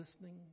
listening